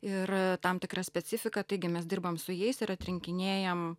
ir tam tikra specifika taigi mes dirbam su jais ir atrinkinėjam